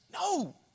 No